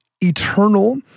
eternal